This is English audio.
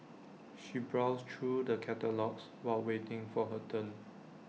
she browsed through the catalogues while waiting for her turn